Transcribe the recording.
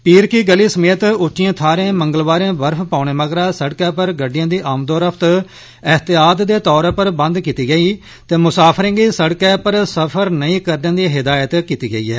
पीर की गली समेत उच्चिए थाहरें मंगलवारें बर्फ पौने मगरा सड़कें पर गड़िडएं दी आओजाई एहतियात दे तौर पर बंद करी दित्ती गेई ते मुसाफरें गी सड़कै पर सफर नेइं करने दी हिदायत कीती गेई ऐ